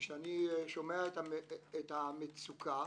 כשאני שומע את המצוקה